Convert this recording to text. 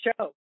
show